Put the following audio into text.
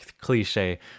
cliche